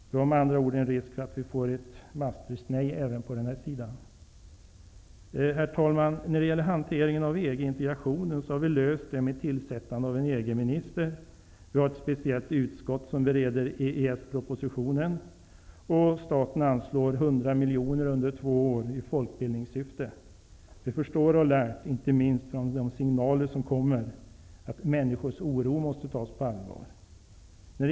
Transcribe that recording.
Det finns med andra ord en risk för att vi får ett Maastricht-nej även på detta område. Herr talman! Vi har löst hanteringen av EG minister. Vi har ett speciellt utskott som bereder EES-propositionen, och staten anslår 100 miljoner under två år i folkbildningssyfte. Vi förstår och har lärt, inte minst från de signaler som kommer, att människors oro måste tas på allvar.